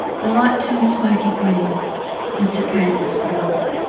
the light turned smoky green and cicadas throbbed.